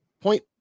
point